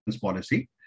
policy